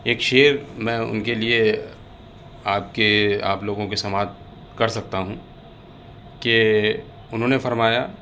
ایک شعر میں ان کے لیے آپ کے آپ لوگوں کے سماعت کر سکتا ہوں کہ انہوں نے فرمایا